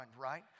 right